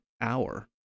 hour